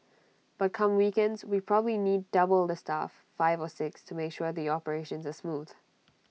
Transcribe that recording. but come weekends we probably need double the staff five or six to make sure the operations are smooth